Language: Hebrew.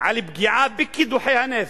על פגיעה בקידוחי הנפט.